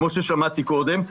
כמו ששמעתי קודם.